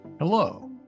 Hello